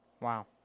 Wow